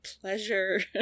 pleasure